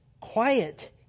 quiet